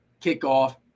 kickoff